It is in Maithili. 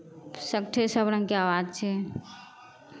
सगठे सभ रङ्गके आवाज छै